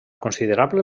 considerable